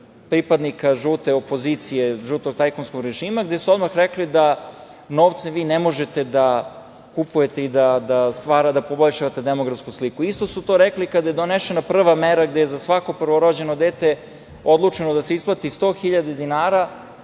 pripadnika žute opozicije, žutog tajkunskog režima, koji su odmah rekli da novce vi ne možete da kupujete i da poboljšavate demografsku sliku. Isto su to rekli kada je donesena prva mera gde je za svako prvorođeno dete odlučeno da se isplati 100.000 dinara.